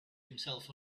himself